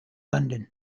london